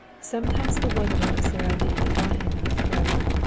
sometimes the wonder of sara lee got him in the throat.